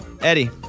Eddie